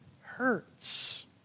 hurts